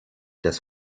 des